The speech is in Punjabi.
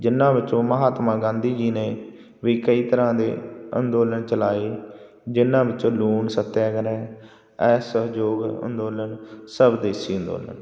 ਜਿਹਨਾਂ ਵਿੱਚੋਂ ਮਹਾਤਮਾ ਗਾਂਧੀ ਜੀ ਨੇ ਵੀ ਕਈ ਤਰ੍ਹਾਂ ਦੇ ਅੰਦੋਲਨ ਚਲਾਏ ਜਿਹਨਾਂ ਵਿੱਚੋਂ ਲੂਣ ਸੱਤਿਆਗ੍ਰਹਿ ਅਸਹਿਯੋਗ ਅੰਦੋਲਨ ਸਵਦੇਸ਼ੀ ਅੰਦੋਲਨ